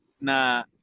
na